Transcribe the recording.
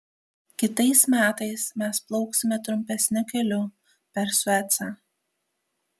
kitais metais mes plauksime trumpesniu keliu per suecą